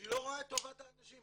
שלא רואה את טובת האנשים.